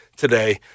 today